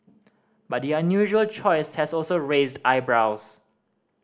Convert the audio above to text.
but the unusual choice has also raised eyebrows